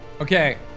Okay